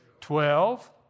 Twelve